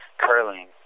curling